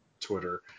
Twitter